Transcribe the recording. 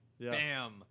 Bam